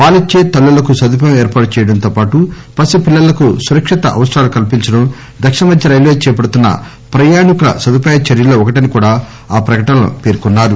పాలిచ్చే తల్లులకు సదుపాయం ఏర్పాటు చేయడంతో పాటు పసి పిల్లలకు సురక్షిత అవసరాలు కల్పించడం దక్షిణ మధ్య రైల్వే చేపడుతున్న ప్రయాణికుల సదుపాయ చర్యల్లో ఒకటని కూడా ఆ ప్రకటనలో తెలియజేశారు